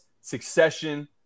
Succession